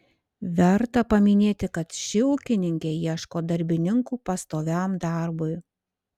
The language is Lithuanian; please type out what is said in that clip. verta paminėti kad ši ūkininkė ieško darbininkų pastoviam darbui